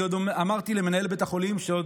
אני עוד אמרתי למנהל בית החולים שלא